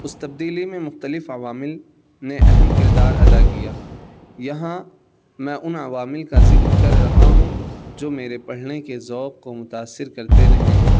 اس تبدیلی میں مختلف عوامل نے اہم کردار ادا کیا یہاں میں ان عوامل کا ذکر کر رہا ہوں جو میرے پڑھنے کے ذوق کو متاثر کرتے رہے ہیں